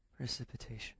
Precipitation